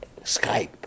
Skype